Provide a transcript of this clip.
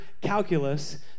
calculus